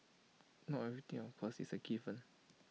not everything of course is A given